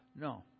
No